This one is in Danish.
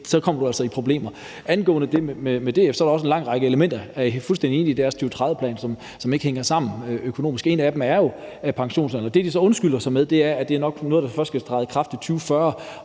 Så kommer du altså i problemer. Angående det med DF var der også en lang række elementer. Jeg er fuldstændig enig i, at deres 2030-plan ikke hænger sammen økonomisk. En ting er jo pensionsalderen. Det, de så undskylder sig med, er, at det nok er noget, der først skal træde i kraft i 2040,